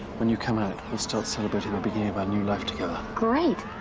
when you come out we'll start celebrating the beginning of our new life together. great!